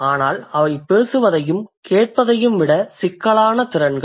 ஆனால் அவை பேசுவதையும் கேட்பதையும் விட சிக்கலான திறன்கள்